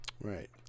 Right